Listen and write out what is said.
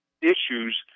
issues